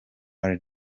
are